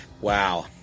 Wow